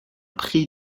prix